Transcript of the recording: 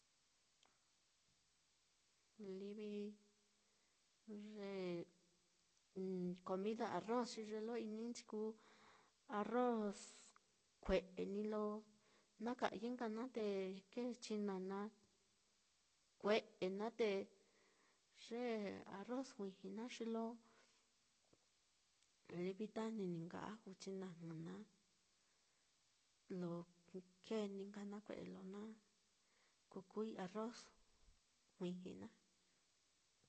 Livi ye comida arroz xi ye lo ininchi kuu, arroz kue'e ní nka lo na kayɨ nka naá, te kēē chinana kue'e naá, te ye arroz juiji naá xilo tajni ní nka aju, chinajɨ naá, lo kēē ni nka nakue'e lo na kukuui arroz juiji naá.